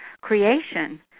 creation